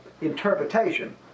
interpretation